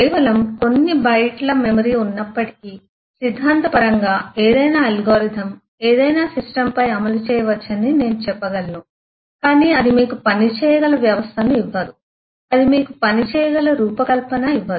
కేవలం కొన్ని బైట్ల మెమరీ ఉన్నప్పటికీ సిద్ధాంతపరంగా ఏదైనా అల్గోరిథం ఏదైనా సిస్టమ్పై అమలు చేయవచ్చని నేను చెప్పగలను కాని అది మీకు పని చేయగల వ్యవస్థను ఇవ్వదు అది మీకు పని చేయగల రూపకల్పన ఇవ్వదు